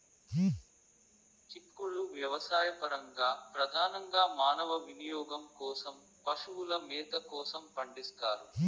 చిక్కుళ్ళు వ్యవసాయపరంగా, ప్రధానంగా మానవ వినియోగం కోసం, పశువుల మేత కోసం పండిస్తారు